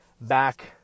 back